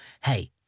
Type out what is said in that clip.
hey